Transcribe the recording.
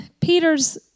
Peter's